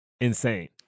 Insane